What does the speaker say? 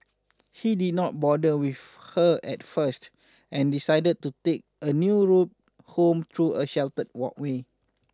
he did not bother with her at first and decided to take a new route home through a sheltered walkway